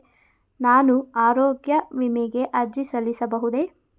ನಾನು ಆರೋಗ್ಯ ವಿಮೆಗೆ ಅರ್ಜಿ ಸಲ್ಲಿಸಬಹುದೇ?